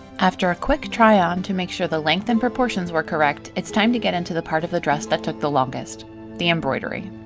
after a quick try-on to make sure the length and proportions were correct, it's time to get into the part of the dress that took the longest the embroidery.